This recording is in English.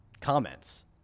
comments